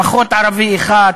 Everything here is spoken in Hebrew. פחות ערבי אחד,